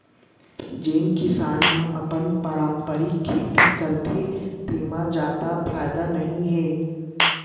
जेन किसान ह अपन पारंपरिक खेती करत हे तेमा जादा फायदा नइ हे